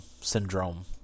Syndrome